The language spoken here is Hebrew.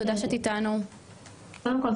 קודם כול,